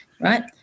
right